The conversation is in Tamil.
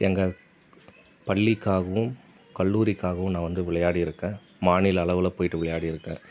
எங்கள் பள்ளிக்காகவும் கல்லூரிக்காகவும் நான் வந்து விளையாடிருக்கேன் மாநில அளவில் போய்விட்டு விளையாடியிருக்கேன்